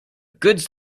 goods